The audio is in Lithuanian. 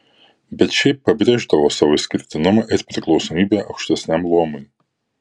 bet šiaip pabrėždavo savo išskirtinumą ir priklausomybę aukštesniam luomui